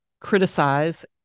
criticize